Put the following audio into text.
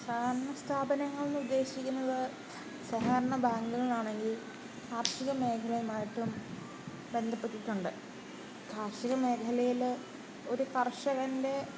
സഹകരണ സ്ഥാപനങ്ങളെന്ന് ഉദ്ദേശിക്കുന്നത് സഹരണ ബാങ്കുകളാണെങ്കിൽ കാർഷിക മേഖലയുമായിട്ടും ബന്ധപ്പെട്ടിട്ടുണ്ട് കാർഷിക മേഖലയില് ഒരു കർഷകൻ്റെ